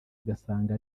agasanga